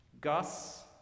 Gus